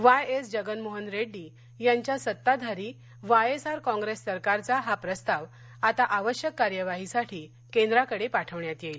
Y S Jaganmohan Reddy यांच्या सत्ताधारी YSR Congress सरकारचा हा प्रस्ताव आता आवश्यक कार्यवाहीसाठी केंद्राकडे पाठवण्यात येईल